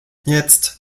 jetzt